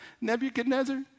Nebuchadnezzar